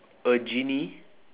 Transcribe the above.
a genie